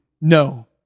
No